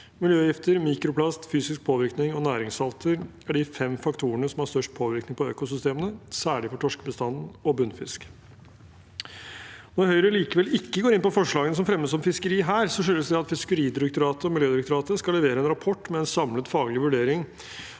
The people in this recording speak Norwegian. miljøgifter, mikroplast, fysisk påvirkning og næringssalter er de fem faktorene som har størst påvirkning på økosystemene, særlig for torskebestanden og bunnfisk. Når Høyre likevel ikke går inn for forslagene som her fremmes om fiskeri, skyldes det at Fiskeridirektoratet og Miljødirektoratet skal levere en rapport med en samlet faglig vurdering